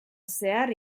zehar